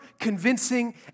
convincing